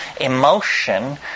emotion